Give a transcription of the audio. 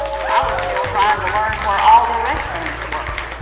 i was still trying to learn where all the restrooms were.